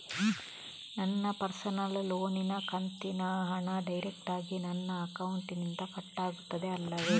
ನನ್ನ ಪರ್ಸನಲ್ ಲೋನಿನ ಕಂತಿನ ಹಣ ಡೈರೆಕ್ಟಾಗಿ ನನ್ನ ಅಕೌಂಟಿನಿಂದ ಕಟ್ಟಾಗುತ್ತದೆ ಅಲ್ಲವೆ?